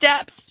steps